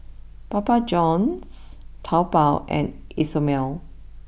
Papa Johns Taobao and Isomil